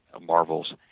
marvels